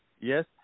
Yes